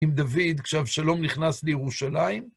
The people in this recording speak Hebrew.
עם דוד, כשאבשלום נכנס לירושלים.